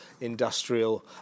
industrial